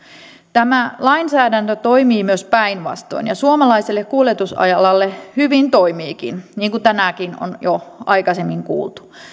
tämä lainsäädäntö toimii myös päinvastoin ja suomalaiselle kuljetusalalle hyvin toimiikin niin kuin tänäänkin on jo aikaisemmin kuultu